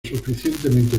suficientemente